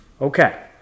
Okay